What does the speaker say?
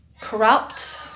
Corrupt